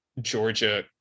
Georgia